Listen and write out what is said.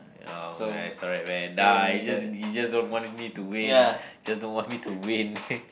oh man sorry man nah you just you just don't want me to win you just don't want me to win